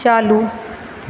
चालू